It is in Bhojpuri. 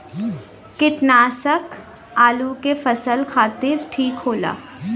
कीटनाशक आलू के फसल खातिर ठीक होला